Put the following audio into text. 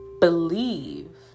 believe